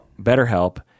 BetterHelp